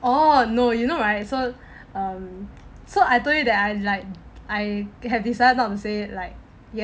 oh no you know right so um so I told you that I like I have decided not to say like yes or no right